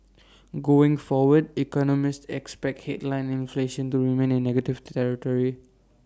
going forward economists expect headline inflation to remain in negative territory